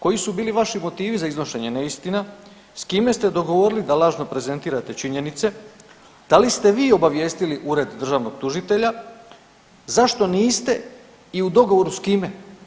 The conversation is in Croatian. Koji su bili vaši motivi za iznošenje neistina, s kime ste dogovorili da lažno prezentirate činjenice, da li ste vi obavijestili ured državnog tužitelja, zašto niste i u dogovoru s kime?